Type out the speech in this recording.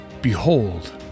behold